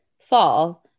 fall